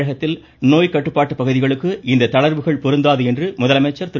தமிழகத்தில் நோய் கட்டுப்பாட்டு பகுதிகளுக்கு இந்த தளர்வுகள் பொருந்தாது என்று முதலமைச்சர் திரு